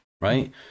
right